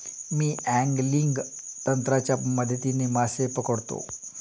मी angling तंत्राच्या मदतीने मासे पकडतो